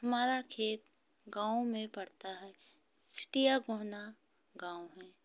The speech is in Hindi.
हमारा खेत गाँव में पड़ता है सिटिया कोहना गाँव है